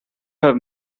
have